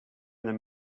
them